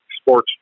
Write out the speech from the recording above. sports